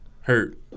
hurt